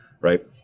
right